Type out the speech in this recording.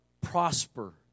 prosper